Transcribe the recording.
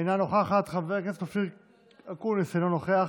אינה נוכחת, חבר הכנסת אופיר אקוניס, אינו נוכח,